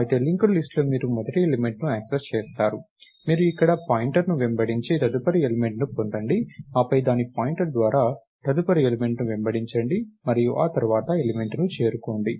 అయితే linked list లో మీరు మొదటి ఎలిమెంట్ ను యాక్సెస్ చేస్తారు మీరు ఇక్కడ పాయింటర్ను వెంబడించి తదుపరి ఎలిమెంట్ ను పొందండి ఆపై దాని పాయింటర్ ద్వారా తదుపరి ఎలిమెంట్ ని వెంబడించండి మరియు ఆ తర్వాత ఎలిమెంట్ ను చేరుకోండి